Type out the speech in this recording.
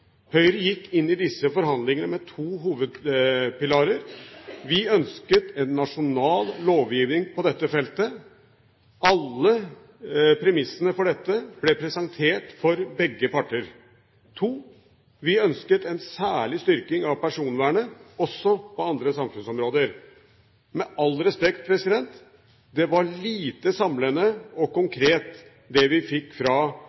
Høyre gikk inn i disse forhandlingene med to hovedpilarer: Punkt 1: Vi ønsket en nasjonal lovgivning på dette feltet – alle premissene for dette ble presentert for begge parter. Punkt 2: Vi ønsket en særlig styrking av personvernet – også på andre samfunnsområder. Med all respekt: Det var lite samlende og konkret, det vi fikk fra